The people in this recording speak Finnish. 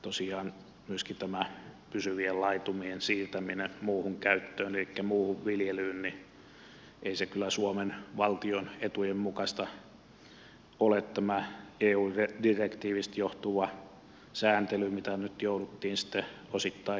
tosiaan myöskään tämä pysyvien laitumien siirtäminen muuhun käyttöön elikkä muuhun viljelyyn ei kyllä suomen valtion etujen mukaista ole tämä eu direktiivistä johtuva sääntely mitä nyt jouduttiin sitten osittain hyväksymään tässäkin